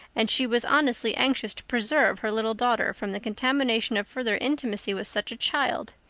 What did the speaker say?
and she was honestly anxious to preserve her little daughter from the contamination of further intimacy with such a child.